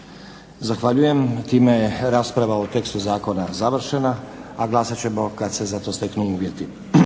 Zahvaljujem. Time je rasprava o tekstu zakona završena, a glasat ćemo kad se za to steknu uvjeti.